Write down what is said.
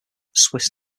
swiss